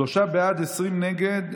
שלושה בעד, 20 נגד.